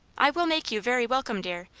i will make you very welcome, dear,